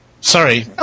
Sorry